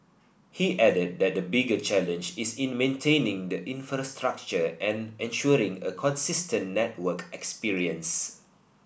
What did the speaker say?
he added that the bigger challenge is in maintaining the infrastructure and ensuring a consistent network experience